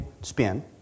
spin